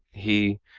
he,